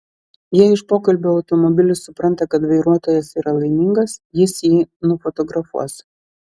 jei iš pokalbio automobilis supranta kad vairuotojas yra laimingas jis jį nufotografuos